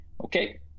Okay